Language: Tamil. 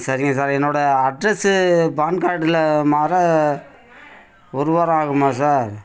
சரிங்க சார் என்னுடைய அட்ரெஸு பான் கார்டில் மாற ஒரு வாரம் ஆகுமா சார்